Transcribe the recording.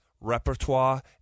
repertoire